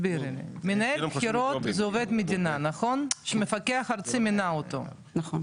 מנהל בחירות זה עובד מדינה שהמפקח הארצי מינה אותו נכון?